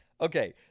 Okay